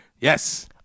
Yes